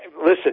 Listen